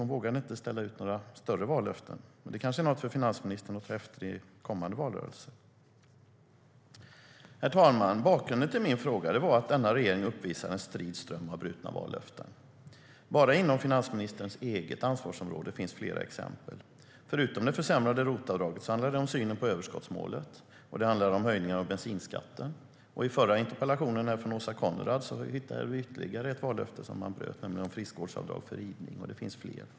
Hon vågade inte ställa ut några större vallöften. Det kanske är något för finansministern att ta efter i kommande valrörelse. Herr talman! Bakgrunden till min fråga var att denna regering uppvisar en strid ström av brutna vallöften. Bara inom finansministerns eget ansvarsområde finns flera exempel. Förutom det försämrade ROT-avdraget handlar det om synen på överskottsmålet och höjningen av bensinskatten. I förra interpellationen från Åsa Coenraads hittade vi ytterligare ett vallöfte som man bröt, nämligen friskvårdsavdrag för ridning. Det finns fler.